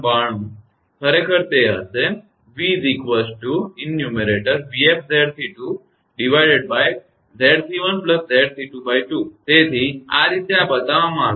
92 ખરેખર તે હશે તેથી આ રીતે આ બતાવવામાં આવ્યું છે